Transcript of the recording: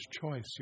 choice